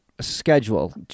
Schedule